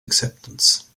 acceptance